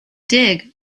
dig